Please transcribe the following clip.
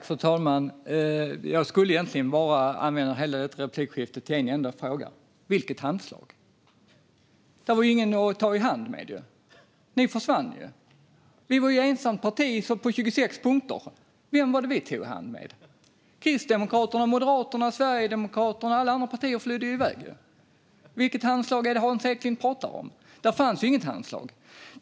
Fru talman! Jag skulle egentligen bara kunna använda hela detta replikskifte till en enda fråga: Vilket handslag? Det var ingen att ta i hand med. Ni försvann ju. Vi var ensamt parti på 26 punkter. Vem var det vi tog i hand med? Kristdemokraterna, Moderaterna, Sverigedemokraterna och alla andra partier flydde iväg. Vilket handslag är det Hans Eklind talar om? Det fanns inget handslag.